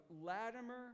Latimer